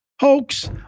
hoax